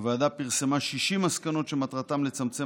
הוועדה פרסמה 60 מסקנות שמטרתן לצמצם